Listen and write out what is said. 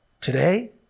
Today